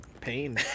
pain